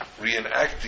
reenacting